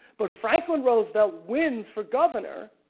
but franklin roosevelt wins for governor